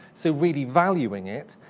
so really valuing it.